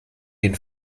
den